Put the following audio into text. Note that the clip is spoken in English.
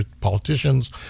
politicians